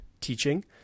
teaching